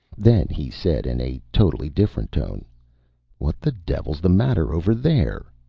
then he said in a totally different tone what the devil's the matter over there?